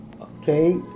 Okay